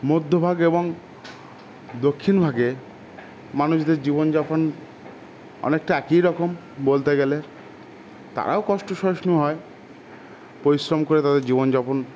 মধ্যভাগ এবং দক্ষিণ ভাগে মানুষদের জীবনযাপন অনেকটা একই রকম বলতে গেলে তারাও কষ্ট সহিষ্ণু হয় পরিশ্রম করে তাদের জীবনযাপন